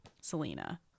selena